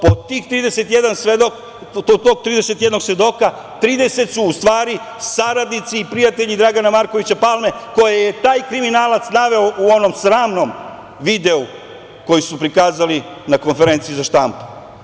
Pa od tog 31 svedoka, 30 su u stvari saradnici i prijatelji Dragana Markovića Palme koje je taj kriminalac naveo u onom sramnom videu koji su prikazali na konferenciji za štampu.